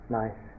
nice